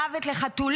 זה מוות לחתולים.